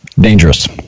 Dangerous